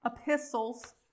epistles